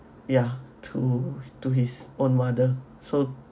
ya to to his own mother so